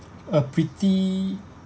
a pretty